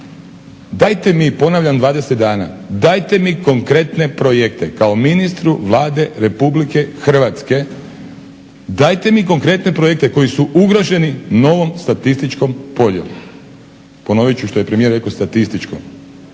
dajte mi, ponavljam, 20 dana. Dajte mi konkretne projekte kao ministru Vlade RH, dajte mi konkretne projekte koji su ugroženi novom statističkom podjelom. Ponovit ću što je premijer rekao, statističkom.